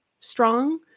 strong